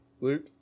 Luke